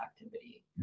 activity